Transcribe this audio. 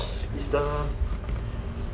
it's the